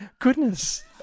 goodness